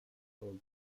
tall